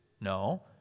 No